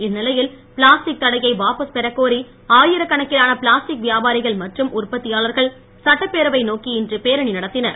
இந்நிலையில் பிளாஸ்டிக் தடையை வாபஸ் பெறக்கோரி ஆயிரக் கணக்கிலான பிளாஸ்டிக் வியாபாரிகள் மற்றும் உற்பத்தியாளர்கள் சட்டப்பேரவை நோக்கி இன்று பேரணி நடத்தினர்